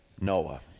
Noah